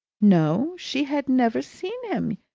no, she had never seen him.